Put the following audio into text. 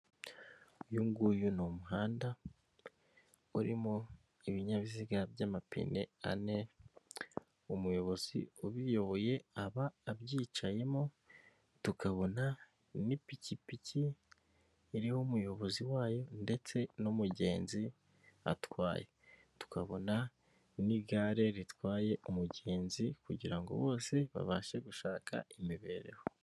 Uyu nguyu ni umuhanda urimo ibinyabiziga by'amapine ane, umuyobozi ubiyoboye aba abyicayemo, tukabona n'ipikipiki iriho umuyobozi wayo, ndetse n'umugenzi atwaye. Tukabona n'igare ritwaye umugenzi kugira bose babashe gushaka imibereho.